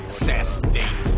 Assassinate